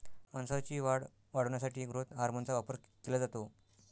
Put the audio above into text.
मांसाची वाढ वाढवण्यासाठी ग्रोथ हार्मोनचा वापर केला जातो